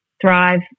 thrive